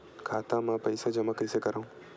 खाता म पईसा जमा कइसे करव?